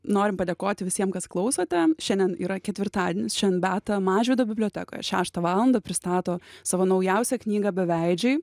norim padėkoti visiem kas klausote šiandien yra ketvirtadienis šindien beata mažvydo bibliotekoje šeštą valandą pristato savo naujausią knygą beveidžiai